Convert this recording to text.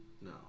No